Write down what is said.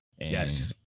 yes